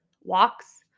walks